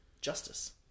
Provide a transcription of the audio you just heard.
justice